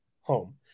home